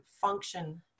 function